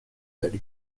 داری